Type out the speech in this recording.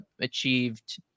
achieved